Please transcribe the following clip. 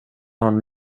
han